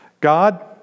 God